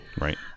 Right